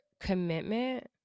commitment